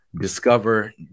discover